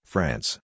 France